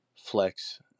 Flex